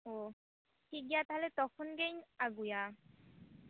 ᱳ ᱴᱷᱤᱠ ᱜᱮᱭᱟ ᱛᱟᱦᱞᱮ ᱛᱚᱠᱷᱚᱱ ᱜᱮᱧ ᱟᱹᱜᱩᱭᱟ